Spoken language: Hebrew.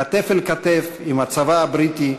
כתף אל כתף עם הצבא הבריטי,